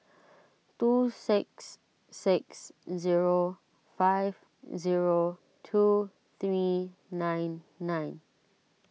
two six six zero five zero two three nine nine